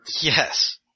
Yes